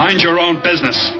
mind your own business